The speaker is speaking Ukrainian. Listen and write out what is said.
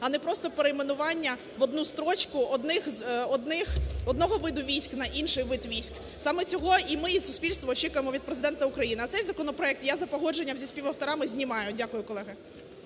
а не просто перейменування в одну строчку одного виду військ на інший вид військ. Саме цього і ми, і суспільство очікуємо від Президента України. А цей законопроект я за погодженням зі співавторами знімаю. Дякую, колеги.